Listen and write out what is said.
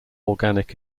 organic